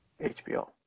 HBO